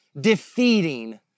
defeating